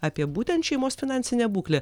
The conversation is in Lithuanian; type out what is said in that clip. apie būtent šeimos finansinę būklę